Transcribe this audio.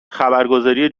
خبرگزاری